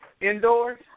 indoors